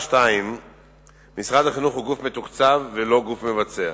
2. משרד החינוך הוא גוף מתקצב ולא גוף מבצע.